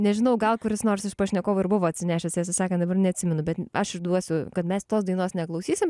nežinau gal kuris nors iš pašnekovų ir buvo atsinešęs tiesą sakant dabar neatsimenu bet aš išduosiu kad mes tos dainos neklausysim